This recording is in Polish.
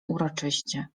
uroczyście